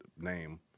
name